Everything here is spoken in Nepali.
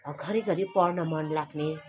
घरिघरि पढ्न मन लाग्ने